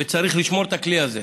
וצריך לשמור את הכלי הזה.